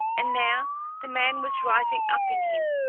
and now the man was rising up in him,